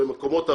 במקומות הרריים.